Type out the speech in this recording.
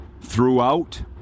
throughout